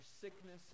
sickness